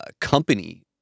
company